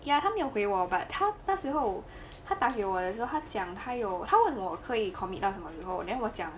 ya 他没有回我 but 他时候他打给我的时候他讲他有他问我可以 commit 到什么以后 then 我讲